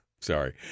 Sorry